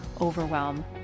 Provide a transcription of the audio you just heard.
overwhelm